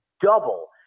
double